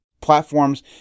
platforms